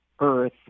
Earth